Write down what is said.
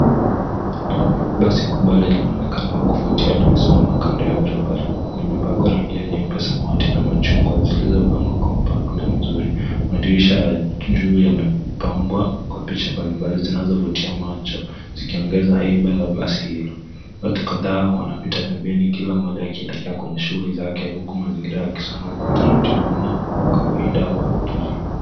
Basi kubwa lenye mwonekano wa kuvutia limesimama kando ya barabara. Limepakwa rangi ya nyeupe, samawati na machungu zilizopangwa kwa mpango mzuri. Madirisha ya juu yamepambwa kwa picha mbalimbali zinazovutia macho zikiongeza haiba ya basi hilo. Watu kadhaa wanapita pembeni kila mmoja akielekea kwenye shughuli zake huku mazingira ya kisonga utaratibu na kawaida wa jiji.